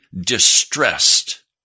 distressed